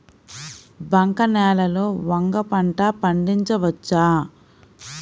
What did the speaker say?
బంక నేలలో వంగ పంట పండించవచ్చా?